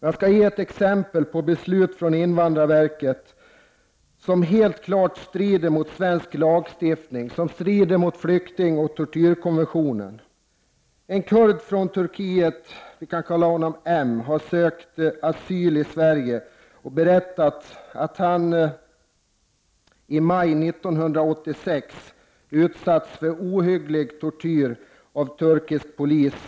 Jag skall ge ett exempel på beslut från invandrarverket som helt klart strider mot svensk lagstiftning och mot flyktingoch tortyrkonventionen. En kurd från Turkiet — vi kan kalla honom M — som sökt asyl i Sverige har berättat om hur han under två veckors tid i maj 1986 utsatts för ohygglig tortyr av turkisk polis.